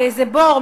מאיזה בור,